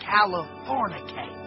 California